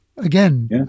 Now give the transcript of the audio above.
Again